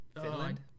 Finland